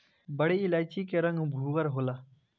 बड़ी इलायची के रंग भूअर होला